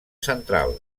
central